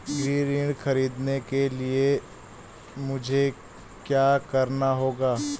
गृह ऋण ख़रीदने के लिए मुझे क्या करना होगा?